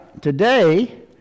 today